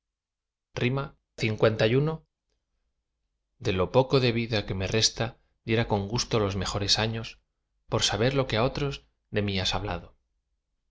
altar nuestro amor li de lo poco de vida que me resta diera con gusto los mejores años por saber lo que á otros de mí has hablado y